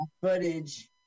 Footage